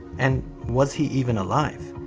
and was he even alive?